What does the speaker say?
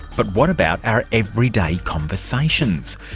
but what about our everyday conversations?